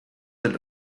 del